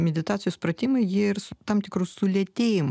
meditacijos pratimai jie ir su tam tikru sulėtėjimu